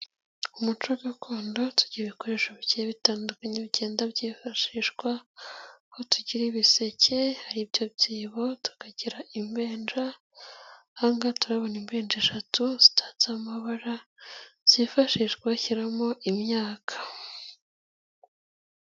Umuco gakondo turya ibikoresho bigiye bitandukanye bigenda byifashishwa, aho tugira ibiseke ari ibyo byibo, tukagira imbeja aha ngaha turahabona imbeja eshatu zitatse amabara, zifashishwa bashyiramo imyaka.